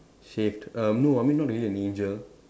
shaved err no I mean not really an angel